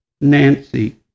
Nancy